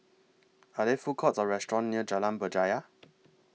Are There Food Courts Or restaurants near Jalan Berjaya